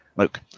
Look